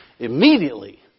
Immediately